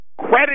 credit